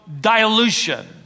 dilution